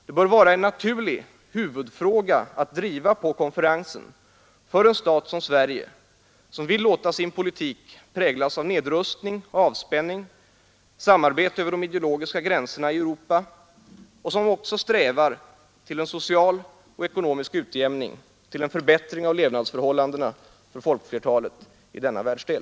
Det bör vara en naturlig huvudfråga att driva på konferensen för en stat som Sverige, som vill låta sin politik präglas av nedrustning och avspänning, samarbete över de ideologiska gränserna i Europa, och som också strävar till en social och ekonomisk utjämning, till en förbättring av levnadsförhållandena för folkflertalet i denna världsdel.